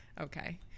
Okay